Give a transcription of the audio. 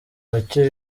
bake